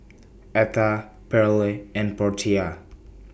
Atha Pearle and Portia